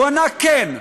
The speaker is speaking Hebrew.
הוא ענה כן.